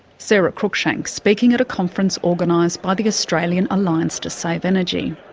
sarah cruickshank, speaking at a conference organised by the australian alliance to save energy.